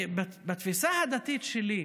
בתפיסה הדתית שלי,